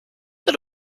that